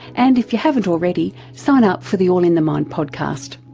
and if you haven't already, sign up for the all in the mind podcast.